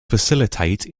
facilitate